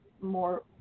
more